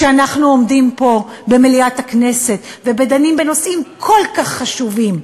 כשאנחנו עומדים פה במליאת הכנסת ודנים בנושאים כל כך חשובים,